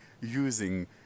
using